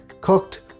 cooked